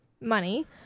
money